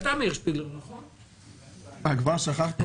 מאיר שפיגלר